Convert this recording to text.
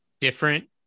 different